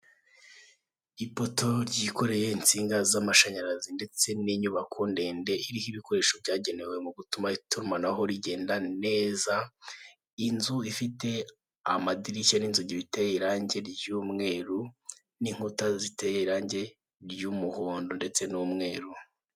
Ipoto ryikoreye insinga z'amashanyarazi ndetse ndetse n'inyubako ndende iriho ibikoresho byagenewe mu gutuma itumanaho rigenda neza, inzu ifite amadirishya n'inzugi biteye irange ry'umweru n'inkuta ziteye irange ry'umuhondo ndetse n'umweru.